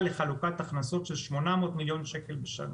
לחלוקת הכנסות של 800 מיליון שקל בשנה,